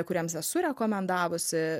kuriems esu rekomendavusi